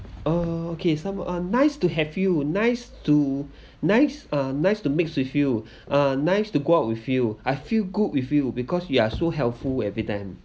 uh okay some uh nice to have you nice to nice uh nice to meet with you uh nice to go out with you I feel good with you because you are so helpful every time